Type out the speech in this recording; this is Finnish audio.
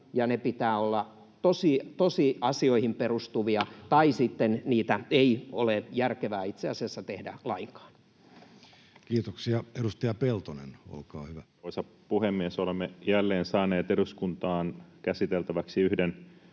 ja niiden pitää olla tosiasioihin perustuvia, tai sitten niitä ei ole järkevää itse asiassa tehdä lainkaan. Kiitoksia. — Edustaja Peltonen, olkaa hyvä. Arvoisa puhemies! Olemme jälleen saaneet eduskuntaan käsiteltäväksi yhden